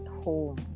home